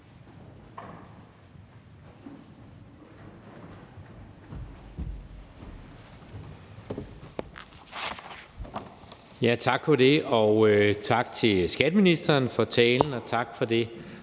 Tak for det. Tak til skatteministeren for talen, og tak for det